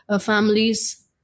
Families